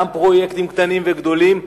גם פרויקטים קטנים וגדולים,